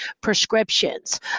prescriptions